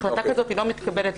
החלטה כזאת לא מתקבלת,